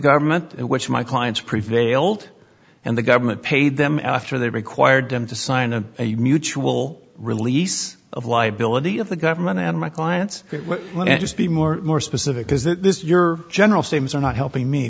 government and which my clients prevailed and the government paid them after they required them to sign a mutual release of liability of the government and my clients let me just be more more specific is this your general seems are not helping me